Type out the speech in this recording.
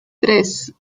tres